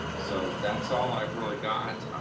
so that's all i've really got.